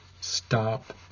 Stop